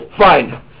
Fine